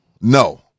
No